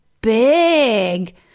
big